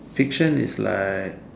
fiction is like